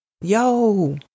yo